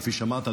כפי שאמרת,